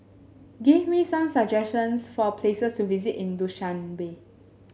give me some suggestions for places to visit in Dushanbe